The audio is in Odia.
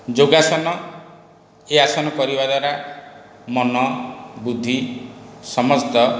ଯୋଗାସନ ଏ ଆସନ କରିବା ଦ୍ଵାରା ମନ ବୁଦ୍ଧି ସମସ୍ତ